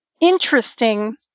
interesting